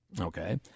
Okay